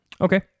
okay